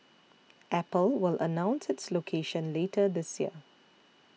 apple will announce its location later this year